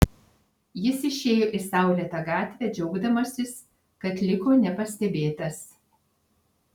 jis išėjo į saulėtą gatvę džiaugdamasis kad liko nepastebėtas